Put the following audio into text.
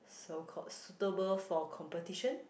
so called suitable for competition